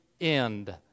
end